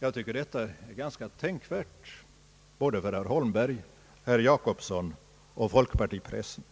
Jag tycker att detta är ganska tänkvärt både för herr Yngve Holmberg, herr Gösta Jacobsson och folkpartipressen.